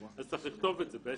צריך לכתוב את זה.